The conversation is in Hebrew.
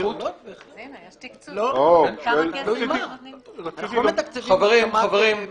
--- אנחנו לא מתקצבים --- חברים, בבקשה.